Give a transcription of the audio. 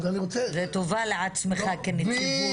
זה טובה לעצמך כנציגות,